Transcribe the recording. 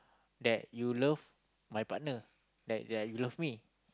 that you love my partner that that you love me